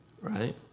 Right